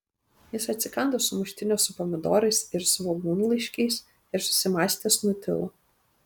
jis atsikando sumuštinio su pomidorais ir svogūnlaiškiais ir susimąstęs nutilo